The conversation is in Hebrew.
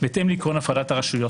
בהתאם לעיקרון הפרדת הרשויות.